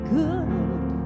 good